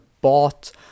bought